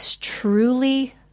truly